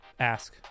ask